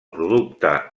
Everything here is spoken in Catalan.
producte